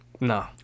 No